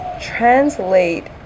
translate